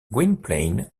gwynplaine